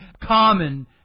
common